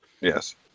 Yes